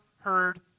heard